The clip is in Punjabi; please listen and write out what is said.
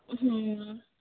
ਹਮ